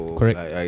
Correct